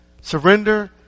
Surrender